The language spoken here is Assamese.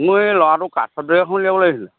মোৰ এই ল'ৰাটোৰ কাষ্ট চাৰ্টিফিকেট এখন উলিয়াব লাগিছিল